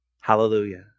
hallelujah